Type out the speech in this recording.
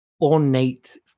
ornate